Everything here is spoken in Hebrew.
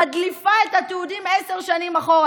מדליפה את התיעודים עשר שנים אחורה,